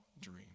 dream